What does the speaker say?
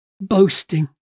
boasting